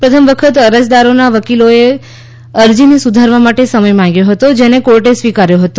પ્રથમ વખત અરજદારોના વકીલોએ અરજીને સુધારવા માટે સમય માંગ્યો હતો જેને કોર્ટે સ્વીકાર્યો હતો